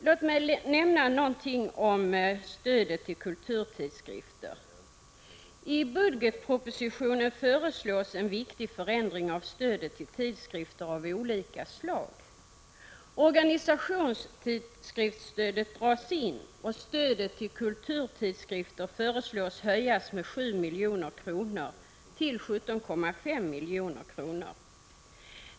Låt mig anföra något om stödet till kulturtidskrifter. I budgetpropositionen föreslås en viktig förändring av stödet till tidskrifter av olika slag nämligen att organisationstidskriftsstödet dras in och att stödet till kulturtidskrifter höjs med 7 milj.kr. till 17,5 milj.kr.